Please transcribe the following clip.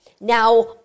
Now